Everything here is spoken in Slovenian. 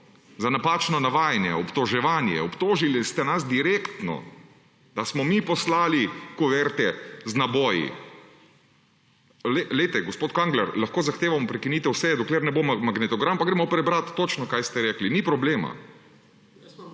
za napačno navajanje, obtoževanje? Obtožili ste nas direktno, da smo mi poslali kuverte z naboji. Gospod Kangler, lahko zahtevamo prekinitev vse dokler ne bomo magnetogram pa gremo prebrati točno kaj ste rekli, ni problema.